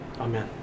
Amen